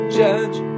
judge